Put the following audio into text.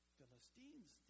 Philistines